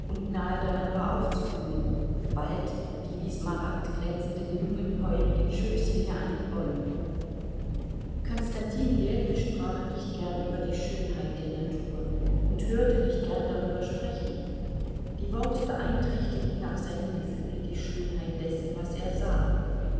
und nahe daran war aufzublühen bald die wie smaragd glänzenden jungen heurigen schößlinge an den bäumen konstantin ljewin sprach nicht gern über die schönheit der natur und hörte nicht gern darüber sprechen die worte beeinträchtigten nach seinem gefühle die schönheit dessen was er sah